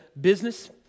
business